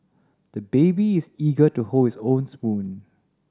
the baby is eager to hold his own spoon